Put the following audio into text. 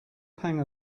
pang